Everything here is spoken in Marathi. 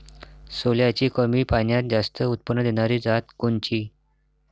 सोल्याची कमी पान्यात जास्त उत्पन्न देनारी जात कोनची?